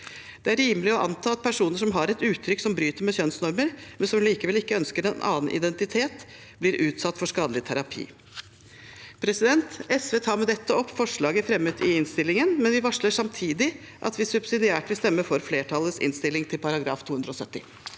Det er rimelig å anta at personer som også har et uttrykk som bryter med kjønnsnormer, men som likevel ikke ønsker en annen identitet, blir utsatt for skadelig terapi. Jeg tar med dette opp SVs forslag i innstillingen, men vi varsler samtidig at vi subsidiært vil stemme for flertallets innstilling til § 270.